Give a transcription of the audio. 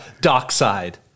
dockside